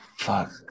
Fuck